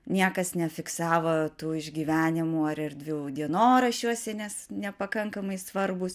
niekas nefiksavo tų išgyvenimų ar erdvių dienoraščiuose nes nepakankamai svarbūs